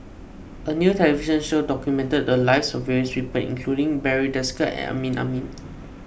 a new television show documented the lives of various people including Barry Desker and Amrin Amin